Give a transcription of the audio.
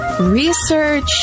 research